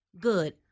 Good